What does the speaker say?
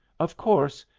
of course,